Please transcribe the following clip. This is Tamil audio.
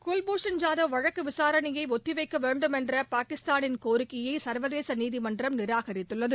குவ்பூஷன் ஜாதவ் வழக்கு விசாரணையை ஒத்திவைக்கவேண்டும் என்ற பாகிஸ்தானின் கோரிக்கையை சர்வதேச நீதிமன்றம் நிராகரித்துள்ளது